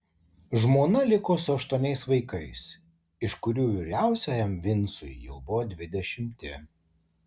žmona liko su aštuoniais vaikais iš kurių vyriausiajam vincui jau buvo dvidešimti